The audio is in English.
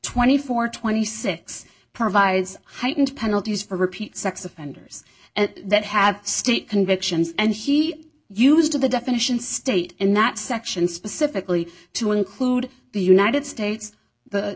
and twenty six provides heightened penalties for repeat sex offenders that have state convictions and he used to the definition state in that section specifically to include the united states the